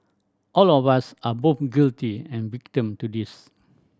all of us are both guilty and victim to this